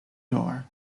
door